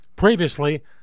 Previously